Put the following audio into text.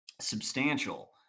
substantial